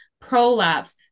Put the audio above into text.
prolapse